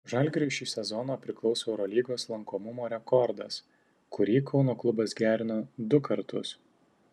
žalgiriui šį sezoną priklauso eurolygos lankomumo rekordas kurį kauno klubas gerino du kartus